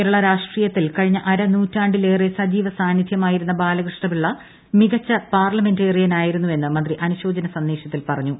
കേരള രാഷ്ട്രീയത്തിൽ കഴിഞ്ഞ അരനൂറ്റാണ്ടിലേറെ സജീവ സാന്നിധ്യമായിരുന്ന ബാലകൃഷ്ണപിള്ള മികച്ച പാർലമെന്റേറിയനായിരുന്നു എന്ന് മന്ത്രി അനുശോചന സന്ദേശത്തിൽ പറഞ്ഞു